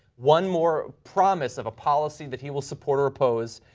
one more promise of a policy that he will support or oppose,